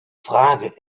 frage